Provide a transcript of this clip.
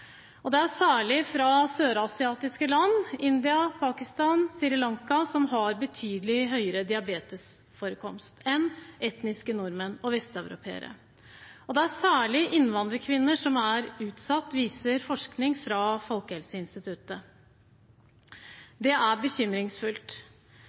Det er særlig innvandrere fra sørasiatiske land – India, Pakistan, Sri Lanka – som har betydelig høyere diabetesforekomst enn etniske nordmenn og vesteuropeere. Det er særlig innvandrerkvinner som er utsatt, viser forskning fra